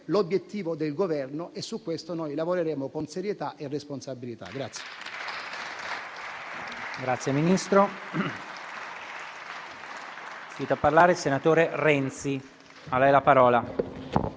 l'obiettivo del Governo e su questo noi lavoreremo con serietà e responsabilità.